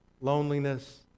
loneliness